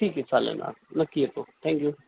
ठीक आहे चालेल ना नक्की येतो थँक्यू